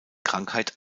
krankheit